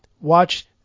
watch